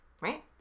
right